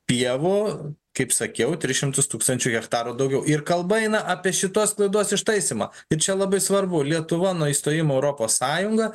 pievų kaip sakiau tris šimtus tūkstančių hektarų daugiau ir kalba eina apie šitos klaidos ištaisymą ir čia labai svarbu lietuva nuo įstojimo į europos sąjungą